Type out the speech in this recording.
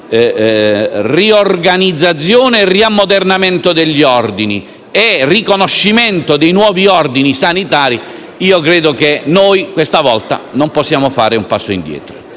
riorganizzazione e del riammodernamento degli ordini, nonché del riconoscimento di nuovi ordini sanitari, credo che questa volta non possiamo fare un passo indietro.